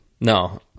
No